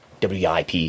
WIP